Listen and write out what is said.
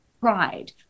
pride